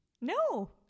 No